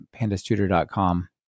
pandastutor.com